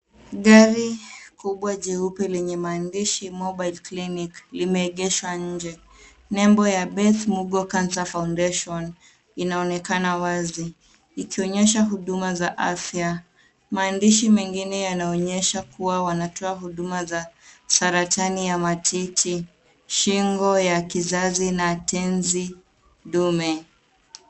Gari kubwa jeupe lenye maandishi Mobile Clinic limeegeshwa nje. Nembo ya Beth Mugo Cancer Foundation inaonekana wazi ikionyesha huduma za afya. Maandishi mengine yanaonyesha kuwa wanatoa huduma za saratani ya matiti, shingo ya kizazi na tenzi dume.